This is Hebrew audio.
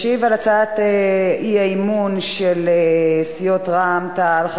ישיב על הצעת האי-אמון של סיעות רע"ם-תע"ל,